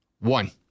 One